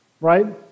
right